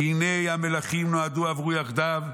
כי הנה המלכים נועדו עברו יחדו".